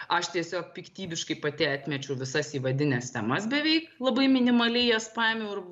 aš tiesiog piktybiškai pati atmečiau visas įvadines temas beveik labai minimaliai jas paėmiau ir